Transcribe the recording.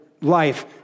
life